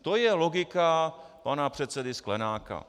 To je logika pana předsedy Sklenáka.